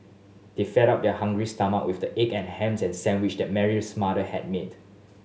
they fed their hungry stomach with the egg and ham sandwich that Mary's mother had made